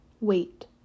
wait